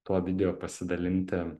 tuo video pasidalinti